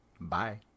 Bye